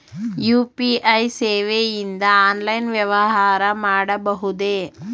UPI ಸೇವೆಯಿಂದ online ವ್ಯವಹಾರ ಮಾಡಬಹುದೇ?